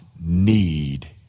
need